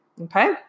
Okay